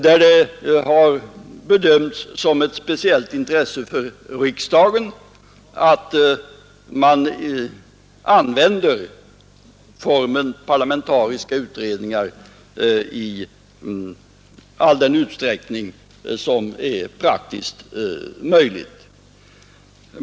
Där har det bedömts som ett speciellt intresse för riksdagen att man använder parlamentariska utredningar i all den utsträckning som är praktiskt möjlig.